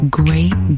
great